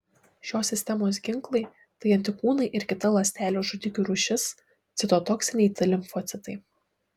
šios sistemos ginklai tai antikūnai ir kita ląstelių žudikių rūšis citotoksiniai t limfocitai